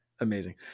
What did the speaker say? Amazing